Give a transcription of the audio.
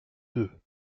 deux